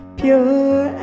pure